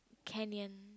canyon